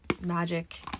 Magic